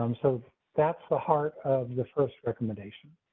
um so that's the heart of the first recommendation.